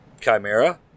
Chimera